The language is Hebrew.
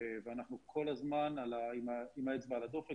ואנחנו כול הזמן עם האצבע על הדופק